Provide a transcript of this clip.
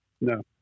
No